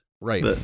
Right